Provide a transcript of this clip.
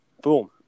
boom